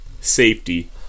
safety